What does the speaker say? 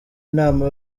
inama